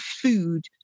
food